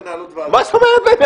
בבקשה, מה, בווטסאפ?